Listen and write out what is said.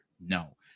No